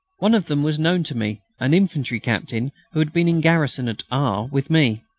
one of them was known to me, an infantry captain who had been in garrison at r. with me.